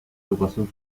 educación